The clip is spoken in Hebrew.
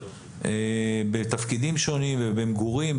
בתפקידים שונים ובמגורים,